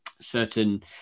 certain